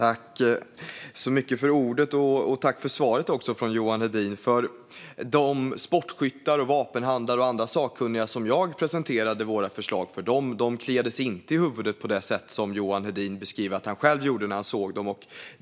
Fru talman! Jag tackar Johan Hedin för svaret. De sportskyttar, vapenhandlare och andra sakkunniga som jag presenterade vårt förslag för kliade sig inte i huvudet på det sätt som Johan Hedin beskriver att han gjorde när han såg det.